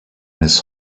his